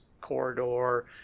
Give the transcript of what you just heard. corridor